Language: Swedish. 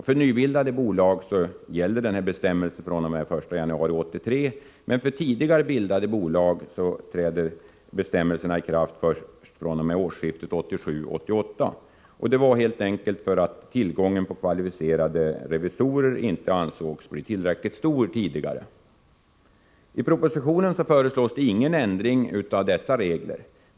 För nybildade bolag gäller denna bestämmelse fr.o.m. den 1 januari 1983, men för tidigare bildade bolag träder bestämmelserna i kraft först fr.o.m. årsskiftet 1987-1988. Detta berodde helt enkelt på att tillgången på kvalificerade revisorer tidigare inte ansågs bli tillräckligt stor. I propositionen föreslås ingen ändring av dessa regler.